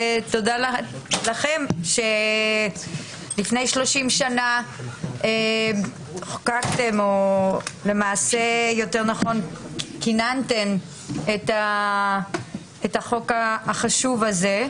ותודה לכם שלפני שלושים חוקקתם ולמעשה כוננתם את החוק החשוב הזה.